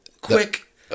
quick